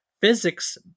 physics